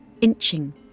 inching